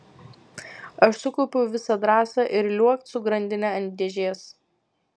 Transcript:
aš sukaupiau visą drąsą ir liuokt su grandine ant dėžės